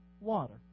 water